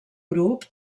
grup